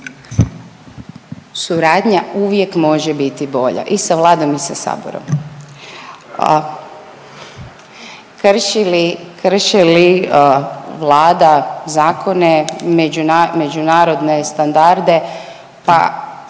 Suradnja uvijek može biti bolja i sa Vladom i sa Saborom, a krši li Vlada zakone, međunarodne standarde pa